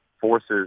forces